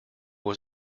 was